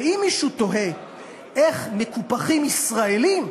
ואם מישהו תוהה איך מקופחים ישראלים,